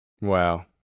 Wow